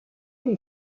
lui